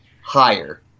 higher